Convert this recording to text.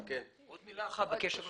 עוד מילה אחת בקשר לזה.